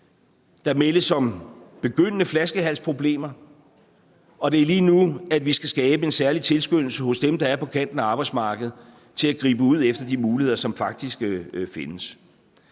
Der meldes om begyndende flaskehalsproblemer, og det er lige nu, vi skal skabe en særlig tilskyndelse hos dem, der er på kanten af arbejdsmarkedet, til at gribe ud efter de muligheder, som faktisk findes.